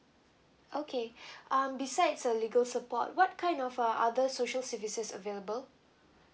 okay um besides a legal support what kind of uh other social services available